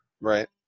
Right